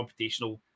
computational